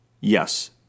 Yes